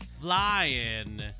flying